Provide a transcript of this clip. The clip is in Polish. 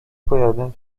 pojadę